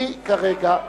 אני כרגע,